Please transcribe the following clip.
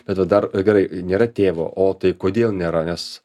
bet va dar gerai nėra tėvo o tai kodėl nėra nes